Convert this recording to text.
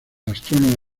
astrónomo